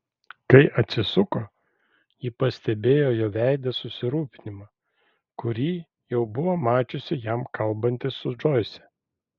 kai atsisuko ji pastebėjo jo veide susirūpinimą kurį jau buvo mačiusi jam kalbantis su džoise